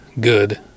good